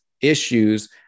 issues